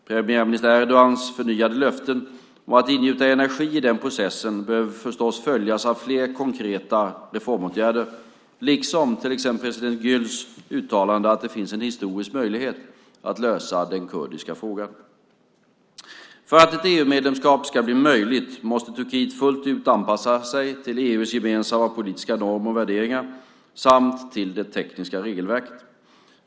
Premiärminister Erdogans förnyade löften om att ingjuta energi i den processen behöver förstås följas av fler konkreta reformåtgärder, liksom till exempel president Güls uttalande att det finns en historisk möjlighet att lösa den kurdiska frågan. För att ett EU-medlemskap ska bli möjligt måste Turkiet fullt ut anpassa sig till EU:s gemensamma politiska normer och värderingar, samt till det tekniska regelverket.